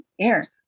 air